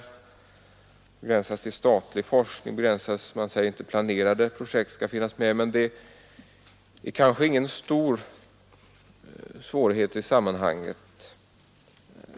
Man begränsar sig till statlig forskning, och man begränsar sig till pågående projekt och tar inte med planerade. Men det är kanske inga stora svårigheter i sammanhanget.